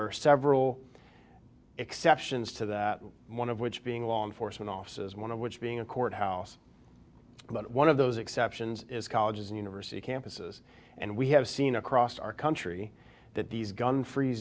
are several exceptions to that one of which being law enforcement offices one of which being a courthouse but one of those exceptions is colleges and university campuses and we have seen across our country that these gun free